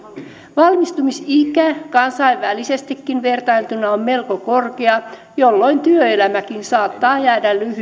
valmistumisikä kansainvälisestikin vertailtuna on melko korkea jolloin työelämäkin saattaa jäädä